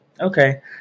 okay